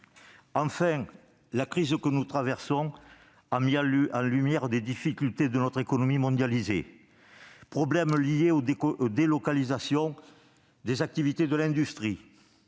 Enfin, la crise que nous traversons a mis en lumière les difficultés de notre économie mondialisée : problèmes liés aux délocalisations des activités industrielles,